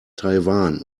taiwan